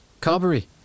Carberry